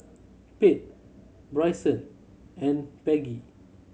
Pate Brycen and Peggy